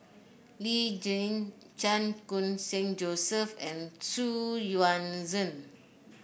Lee Tjin Chan Khun Sing Joseph and Xu Yuan Zhen